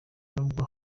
nubwo